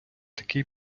такий